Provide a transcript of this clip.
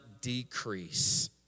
decrease